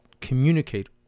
communicate